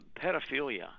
pedophilia